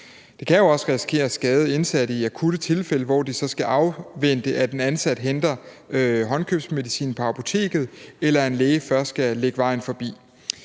Det kan jo også risikere at skade indsatte i akutte tilfælde, hvor de så skal afvente, at en ansat henter håndkøbsmedicin på apoteket, eller at en læge skal lægge vejen forbi.